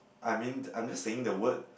I mean I'm just saying the word